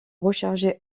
recharger